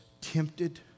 tempted